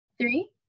Three